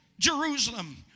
Jerusalem